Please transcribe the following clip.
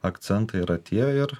akcentai yra tie ir